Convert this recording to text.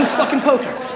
fucking poker.